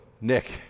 Nick